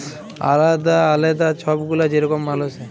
আলেদা আলেদা ছব গুলা যে রকম মালুস হ্যয়